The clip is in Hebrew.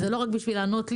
זה לא רק בשביל לענות לי,